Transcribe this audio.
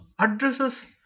addresses